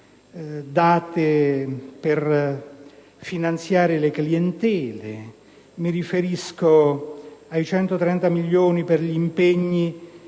dati per finanziare le clientele; mi riferisco ai 130 milioni per gli impegni